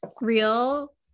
real